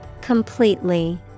Completely